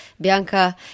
Bianca